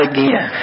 Again